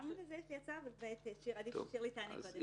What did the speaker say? גם לזה יש לי הצעה, אבל עדיף ששירלי תענה קודם.